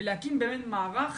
ולהקים מערך